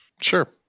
Sure